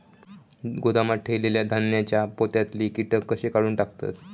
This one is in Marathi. गोदामात ठेयलेल्या धान्यांच्या पोत्यातले कीटक कशे काढून टाकतत?